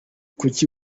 kuki